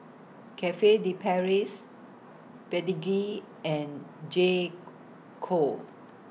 Cafe De Paris Pedigree and J Co